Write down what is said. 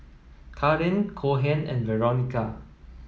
Kaaren Cohen and Veronica